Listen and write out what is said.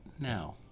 now